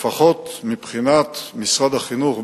לפחות מבחינת משרד החינוך,